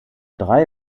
drei